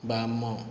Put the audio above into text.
ବାମ